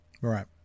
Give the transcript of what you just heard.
Right